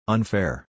Unfair